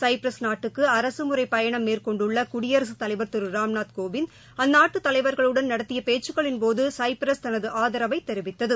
Cyprus நாட்டுக்குஅரசுமுறைபயணம் மேற்கொ்ணடுள்ளகுடியரசுத் தலைவர் திருராம்நாத் Kovind அந்நாட்டுதலைவர்களுடன் நடத்தியபேச்சுக்களின்போது Cyprus தனதுஆதரவைதெரிவித்தது